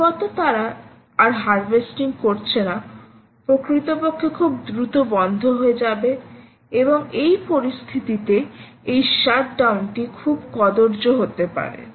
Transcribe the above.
সম্ভবত তারা আর হার্ভেস্টিং করছে না প্রকৃতপক্ষে খুব দ্রুত বন্ধ হয়ে যাবে এবং এই পরিস্থিতিতে এই শাট ডাউনটি খুব কদর্য হতে পারে